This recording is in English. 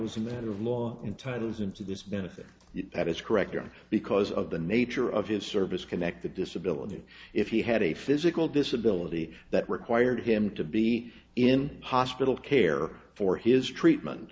is a matter of law entitles him to this benefit that is correct or because of the nature of his service connected disability if he had a physical disability that required him to be in hospital care for his treatment